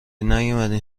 نیومدن